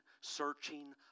Searching